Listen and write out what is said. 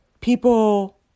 People